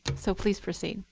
so please proceed.